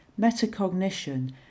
Metacognition